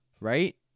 Right